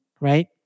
right